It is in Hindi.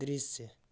दृश्य